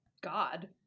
god